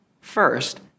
First